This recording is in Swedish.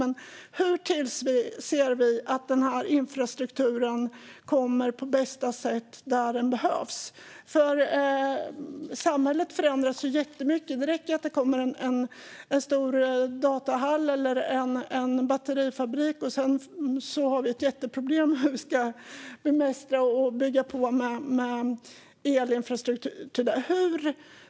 Men, hur tillser vi att den här infrastrukturen kommer till på bästa sätt och där den behövs? Samhället förändras jättemycket. Det räcker att det kommer en stor datahall eller batterifabrik, och sedan har vi ett jätteproblem med hur vi ska bemästra och bygga på med elinfrastruktur.